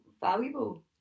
valuable